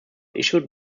issued